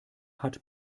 hat